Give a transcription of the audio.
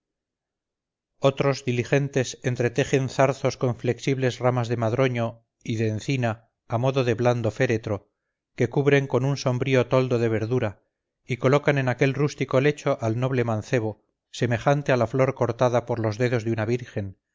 otros diligentes entretejen zarzos con flexibles ramas de madroño y de encina a modo de blando féretro que cubren con un sombrío toldo de verdura y colocan en aquel rústico lecho al noble mancebo semejante a la flor cortada por los dedos de una virgen